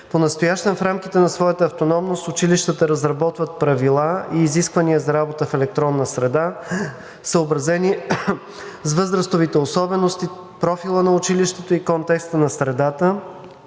Понастоящем в рамките на своята автономност училищата разработват правила и изисквания за работа в електронна среда, съобразени с възрастовите особености, профила на училището и контекста на средата